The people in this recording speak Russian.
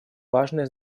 важное